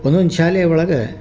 ಒಂದೊಂದು ಶಾಲೆ ಒಳಗೆ